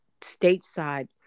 stateside